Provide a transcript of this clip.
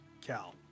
Cal